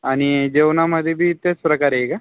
आणि जेवणामध्येबी तेच प्रकार आहे का